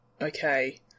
okay